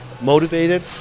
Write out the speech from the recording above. motivated